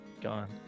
gone